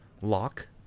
Lock